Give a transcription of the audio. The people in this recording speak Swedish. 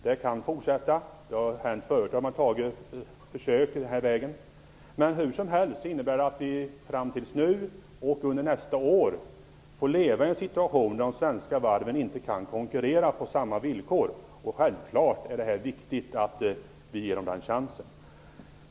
Det kan fortsätta. Man har tidigare gjort försök i den här vägen. Men hur som helst innebär det att vi nu och under nästa år får leva med en situation, där de svenska varven inte kan konkurrera på samma villkor. Självfallet är det viktigt att vi ger dem den chansen.